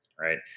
right